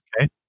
Okay